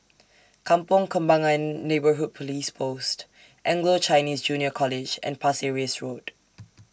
Kampong Kembangan Neighbourhood Police Post Anglo Chinese Junior College and Pasir Ris Road